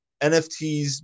NFTs